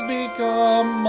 become